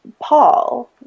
Paul